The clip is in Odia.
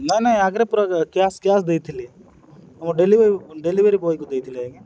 ନାଇଁ ନାଇଁ ଆଗ୍ରେ ପୁରା କ୍ୟାସ୍ କ୍ୟାସ୍ ଦେଇଥିଲି ମୁଁ ଡେଲିଭରି ଡେଲିଭରି ବଏକୁ ଦେଇଥିଲି ଆଜ୍ଞା